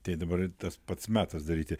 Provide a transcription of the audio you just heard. tai dabar tas pats metas daryti